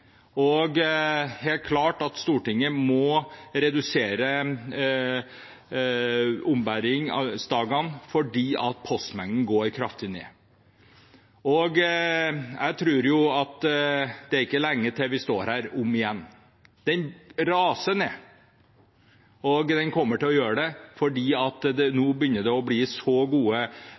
må helt klart redusere ombæringsdagene fordi postmengden går kraftig ned. Jeg tror det ikke er lenge til vi står her igjen. Postmengden raser, og den kommer til å gjøre det fordi det nå begynner bli så gode